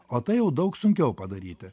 o tai jau daug sunkiau padaryti